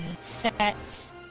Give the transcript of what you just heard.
sets